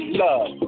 love